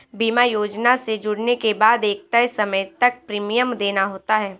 बीमा योजना से जुड़ने के बाद एक तय समय तक प्रीमियम देना होता है